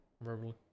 Verbally